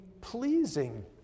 pleasing